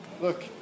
Look